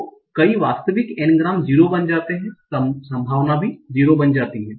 तो कई वास्तविक N ग्राम 0 बन जाते हैं संभावना भी 0 बन जाती है